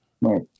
Right